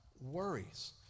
worries